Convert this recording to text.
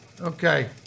Okay